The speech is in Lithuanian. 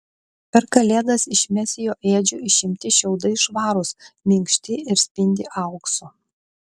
per kalėdas iš mesijo ėdžių išimti šiaudai švarūs minkšti ir spindi auksu